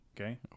okay